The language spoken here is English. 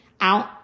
out